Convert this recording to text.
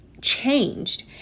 changed